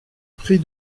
prix